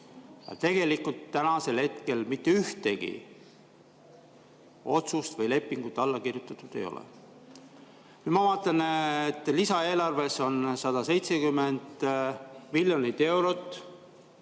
Tegelikult tänasel hetkel mitte ühtegi otsust või lepingut alla kirjutatud ei ole. Nüüd ma vaatan, et lisaeelarves on 170 miljonit eurot.